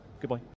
Goodbye